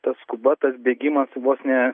tas skubotas bėgimas vos ne